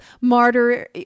martyr